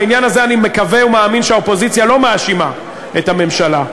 בעניין הזה אני מקווה ומאמין שהאופוזיציה לא מאשימה את הממשלה,